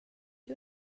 you